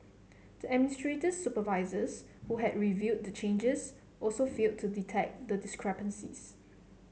the administrator's supervisors who had reviewed the changes also failed to detect the discrepancies